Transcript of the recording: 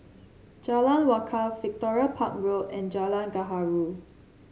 Jalan Wakaff Victoria Park Road and Jalan Gaharu